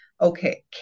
okay